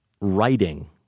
writing